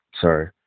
sorry